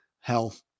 health